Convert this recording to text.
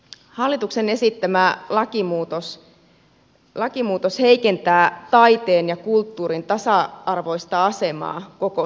hallituksen esittämä lakimuutos heikentää taiteen ja kulttuurin tasa arvoista asemaa koko suomessa